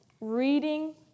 reading